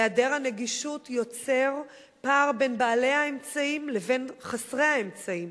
היעדר הנגישות יוצר פער בין בעלי האמצעים לבין חסרי האמצעים.